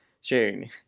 sharing